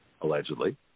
allegedly